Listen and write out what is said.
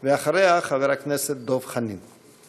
אחריה, חבר הכנסת דב חנין.